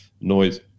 noise